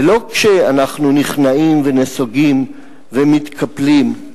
ולא כשאנחנו נכנעים ונסוגים ומתקפלים.